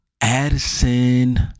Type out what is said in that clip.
Addison